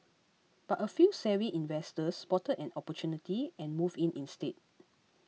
but a few savvy investors spotted an opportunity and moved in instead